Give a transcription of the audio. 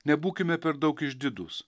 nebūkime per daug išdidūs